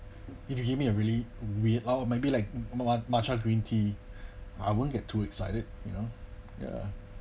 if you give me a really weird or maybe like mat~ matcha green tea I won't get too excited you know ya